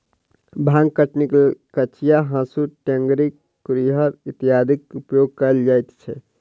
भांग कटनीक लेल कचिया, हाँसू, टेंगारी, कुरिहर इत्यादिक उपयोग कयल जाइत छै